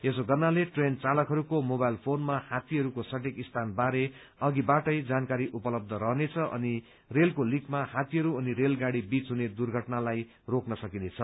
यो गर्नाले ट्रेन चालकहरूको मोबाइल फोनमा हात्तीहरूको सठीक स्थानबारे अघिबाटै जानकारी उपलब्ध रहनेछ अनि रेलवेको लीकमा हात्तीहरू अनि रेलगाड़ी बीच हुने दुर्घटनालाई रोक्न सकिनेछ